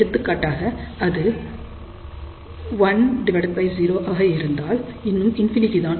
எடுத்துக்காட்டாக அது 10 ஆக இருந்தால் இன்னும் ∞ தான்